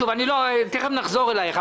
תיכף נחזור אליך.